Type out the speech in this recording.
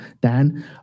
Dan